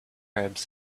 arabs